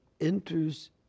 enters